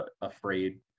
afraid